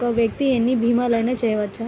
ఒక్క వ్యక్తి ఎన్ని భీమలయినా చేయవచ్చా?